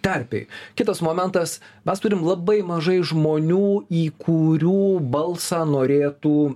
terpėj kitas momentas mes turim labai mažai žmonių į kurių balsą norėtų